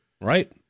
Right